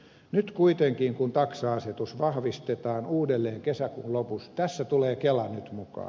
nyt kuitenkin kun taksa asetus vahvistetaan uudelleen kesäkuun lopussa tässä tulee kela nyt mukaan